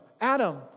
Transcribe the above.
Adam